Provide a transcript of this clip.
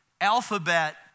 alphabet